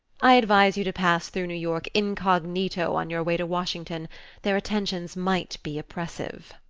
i advise you to pass through new york incognito on your way to washington their attentions might be oppressive.